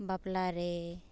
ᱵᱟᱯᱞᱟ ᱨᱮ